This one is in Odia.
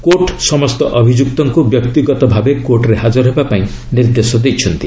କୋର୍ଟ୍ ସମସ୍ତ ଅଭିଯୁକ୍ତଙ୍କୁ ବ୍ୟକ୍ତିଗତ ଭାବେ କୋର୍ଟରେ ହାଜର ହେବା ପାଇଁ ନିର୍ଦ୍ଦେଶ ଦେଇଛନ୍ତି